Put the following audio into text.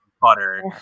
butter